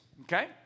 okay